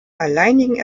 alleinigen